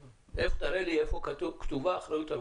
תראה לי איפה כתובה אחריות המשלח.